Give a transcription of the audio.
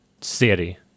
city